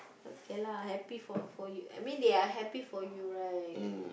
okay lah happy for for you I mean they are happy for you right